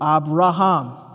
Abraham